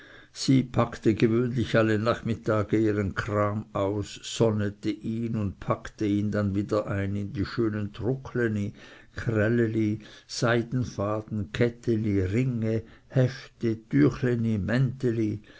die packte gewöhnlich alle nachmittage ihren kram aus sonnete ihn und packte ihn dann wieder ein in die schönen druckleni krälli seidenfaden ketteli ringe häfte tüchleni